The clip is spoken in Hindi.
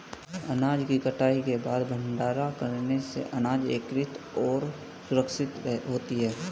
अनाज की कटाई के बाद भंडारण करने से अनाज एकत्रितऔर सुरक्षित रहती है